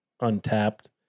Untapped